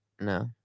No